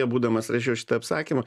būdamas rašiau šitą apsakymą